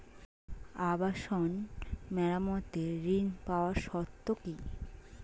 আবাসন মেরামতের ঋণ পাওয়ার শর্ত কি?